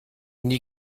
nie